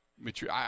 mature